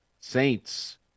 saints